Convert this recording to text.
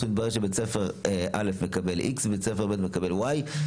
בסוף מתברר שבית ספר א' מקבל X ובית ספר ב' מקבל Y,